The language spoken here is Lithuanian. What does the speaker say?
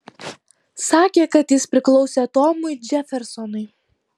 sakė kad jis priklausė tomui džefersonui